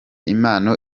impano